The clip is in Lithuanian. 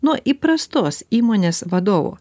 nuo įprastos įmonės vadovo